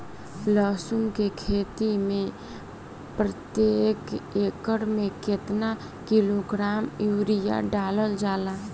लहसुन के खेती में प्रतेक एकड़ में केतना किलोग्राम यूरिया डालल जाला?